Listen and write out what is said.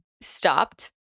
stopped